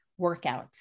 workouts